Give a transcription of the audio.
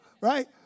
right